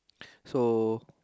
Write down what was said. so